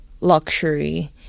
luxury